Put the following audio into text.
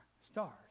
stars